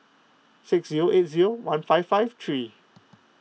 six zero eight zero one five five three